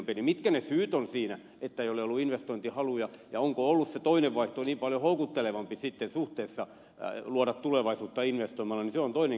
mitkä ne syyt ovat siinä että ei ole ollut investointihaluja ja onko ollut se toinen vaihtoehto niin paljon houkuttelevampi sitten suhteessa luoda tulevaisuutta investoimalla niin se on toinen kysymys